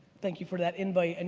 thank you for that invite. and